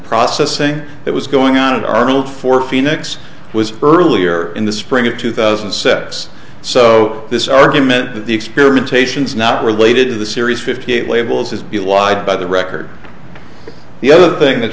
processing that was going on in our milk for phoenix was earlier in the spring of two thousand sets so this argument that the experimentation is not related to the series fifty eight labels is be allied by the record the other thing that